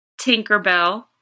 Tinkerbell